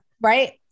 Right